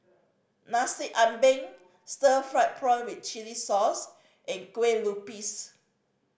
Nasi Ambeng stir fried prawn with chili sauce and kue lupis